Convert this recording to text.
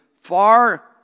far